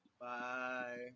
Bye